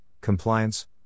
compliance